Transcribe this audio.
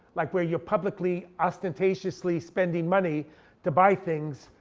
like where you're publicly, ostentatiously spending money to buy things.